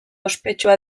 ospetsua